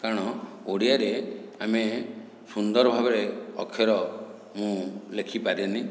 କାରଣ ଓଡ଼ିଆରେ ଆମେ ସୁନ୍ଦର ଭାବରେ ଅକ୍ଷର ମୁଁ ଲେଖି ପାରେନି